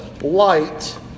light